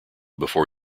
before